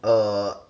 err